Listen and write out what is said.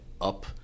up